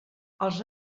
els